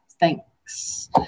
Thanks